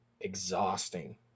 exhausting